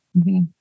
Okay